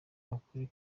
ukuri